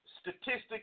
statistics